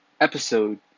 episode